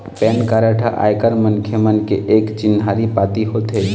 PAN card ह आयकर मनखे मन के एक चिन्हारी पाती होथे